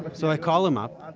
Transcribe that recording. so i call him up,